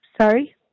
Sorry